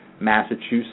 Massachusetts